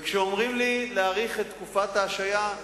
כשאומרים לי להאריך את תקופת ההשעיה,